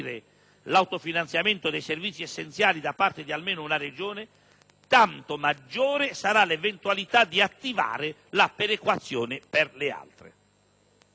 l'autofinanziamento dei servizi essenziali da parte di almeno una Regione, tanto maggiore sarà l'eventualità di attivare la perequazione per le altre.